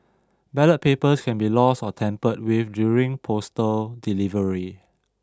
ballot papers can be lost or tampered with during postal delivery